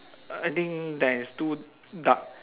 I think there is two duck